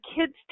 kids